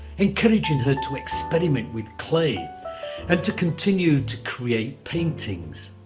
encouraging her to experiment with clay and to continue to create paintings.